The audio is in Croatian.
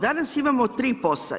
Danas imamo tri POS-a.